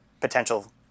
potential